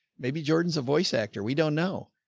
maybe jordan's a voice actor. we don't know.